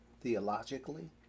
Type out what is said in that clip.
theologically